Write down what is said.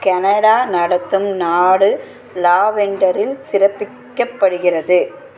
Canada நடத்தும் நாடு லாவெண்டரில் சிறப்பிக்கப்படுகிறது